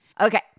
Okay